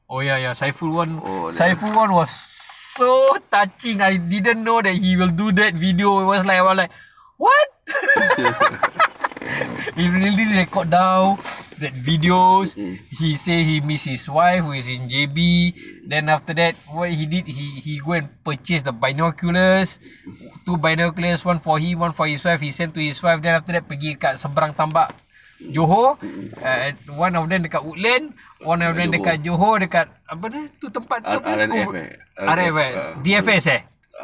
oh ya ya saiful one so touching ah I didn't know that he will do that video was like I was like what he really record down the video he say he miss his wife who is in J_B then after that what he did he he go and purchase the binoculars two binoculars one for him one for his wife he send to his wife then after that pergi kat semberang tambak johor and and one of them dekat woodland one of them dekat johor dekat apa tu tempat tu R_F eh D_F_S eh